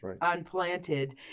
Unplanted